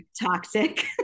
toxic